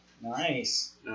Nice